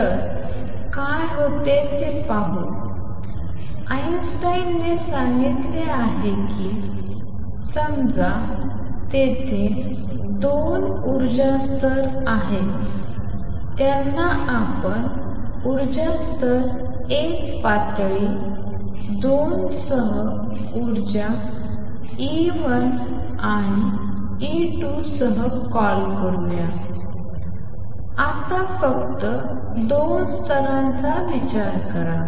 तर काय होते ते पाहू आइन्स्टाईनने सांगितले आहे कि असे समजा तेथे 2 ऊर्जा स्तर आहेत त्यांना आपण ऊर्जा स्तर 1 पातळी 2 सह ऊर्जा E 1 आणि E 2 सह कॉल करूया आत्ता फक्त 2 स्तरांचा विचार करा